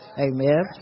Amen